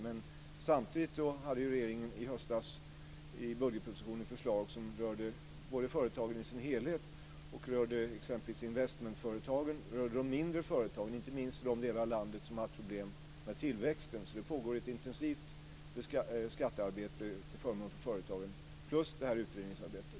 Men samtidigt hade regeringen i höstas, i budgetpropositionen, förslag som rörde företagen som helhet. De rörde exempelvis investmentföretagen, och de rörde de mindre företagen, inte minst i de delar av landet som har haft problem med tillväxten. Så det pågår ett intensivt skattearbete till förmån för företagen. Och så pågår det här utredningsarbetet.